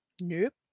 Nope